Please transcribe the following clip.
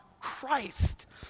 Christ